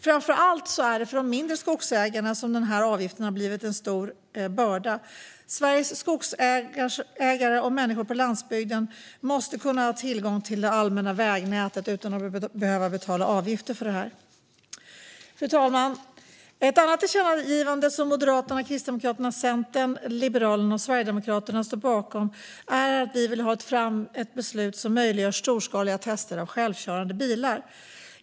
Framför allt har denna avgift blivit en stor börda för de mindre skogsägarna. Sveriges skogsägare och människor på landsbygden måste kunna ha tillgång till det allmänna vägnätet utan att behöva betala avgifter för detta. Fru talman! Ett annat tillkännagivande som Moderaterna, Kristdemokraterna, Centern, Liberalerna och Sverigedemokraterna står bakom handlar om att vi vill ha ett beslut som möjliggör storskaliga tester av självkörande bilar.